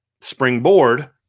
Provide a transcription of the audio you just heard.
springboard